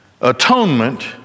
Atonement